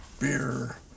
Beer